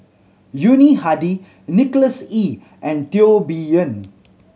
Yuni Hadi Nicholas Ee and Teo Bee Yen